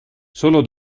solo